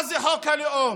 מה זה חוק הלאום?